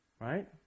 Right